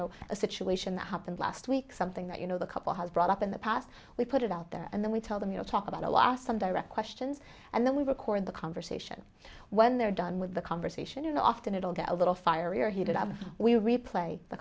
know a situation that happened last week something that you know the couple has brought up in the past we put it out there and then we tell them you know talk about a lot some direct questions and then we record the conversation when they're done with the conversation you know often it'll get a little fiery or heated up and we replay the